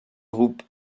groupe